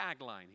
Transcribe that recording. tagline